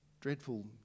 dreadful